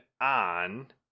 on